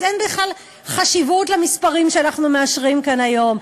אז אין בכלל חשיבות למספרים שאנחנו מאשרים כאן היום,